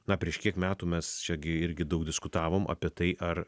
na prieš kiek metų mes čia gi irgi daug diskutavom apie tai ar